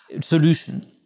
solution